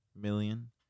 million